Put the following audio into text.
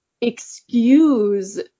excuse